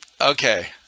okay